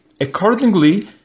accordingly